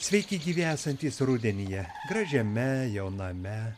sveiki gyvi esantys rudenyje gražiame jauname